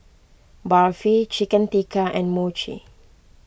Barfi Chicken Tikka and Mochi